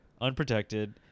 unprotected